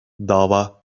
dava